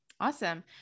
Awesome